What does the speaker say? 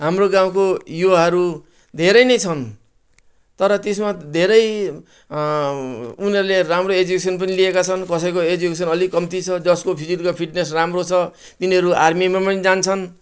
हाम्रो गाउँको युवाहरू धेरै नै छन् तर त्यसमा धेरै उनीहरूले राम्रो एजुकेसन पनि लिएका छन् कसैको एजुकेसन अलिक कम्ती छ जसको फिजिकल फिटनेस राम्रो छ तिनीहरू आर्मीमा पनि जान्छन्